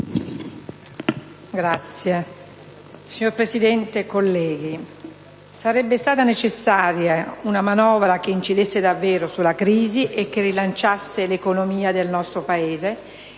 *(IdV)*. Signor Presidente, colleghi, sarebbe stata necessaria una manovra che incidesse davvero sulla crisi e rilanciasse l'economia del nostro Paese,